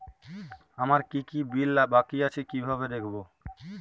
আমার কি কি বিল বাকী আছে কিভাবে দেখবো?